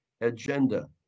agenda